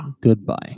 goodbye